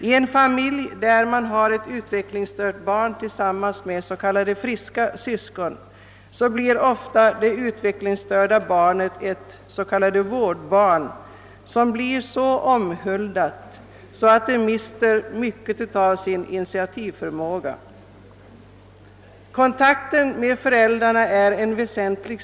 I en familj, där det finns ett utvecklingsstört barn tillsammans med s.k. friska barn, blir ofta det utvecklingsstörda barnet ett vårdbarn som omhuldas så att det mister mycket av sin initiativförmåga. Kontakten med föräldrarna är väsentlig.